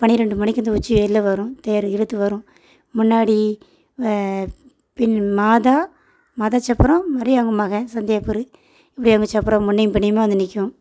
பன்னிரெண்டு மணிக்கு இந்த உச்சி வெயிலில் வரும் தேர் இழுத்து வரும் முன்னாடி பின் மாதா மாதாச்சப்புரம் மரி அவங்க மகன் சந்தியாபுரி இப்படி அமைத்து அப்புறம் முன்னையும் பின்னையுமாக வந்து நிற்கும்